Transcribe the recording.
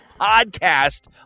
podcast